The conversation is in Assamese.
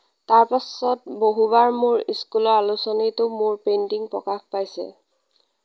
তাৰ পাছত বহুবাৰ মোৰ স্কুলৰ আলোচনীতো মোৰ পেইণ্টিং প্ৰকাশ পাইছে